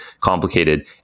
complicated